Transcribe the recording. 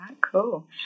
Cool